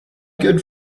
good